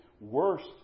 worst